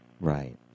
Right